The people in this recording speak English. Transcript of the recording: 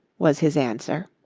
was his answer.